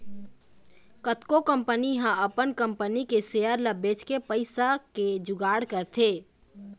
कतको कंपनी ह अपन कंपनी के सेयर ल बेचके पइसा के जुगाड़ करथे